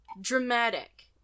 dramatic